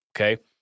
Okay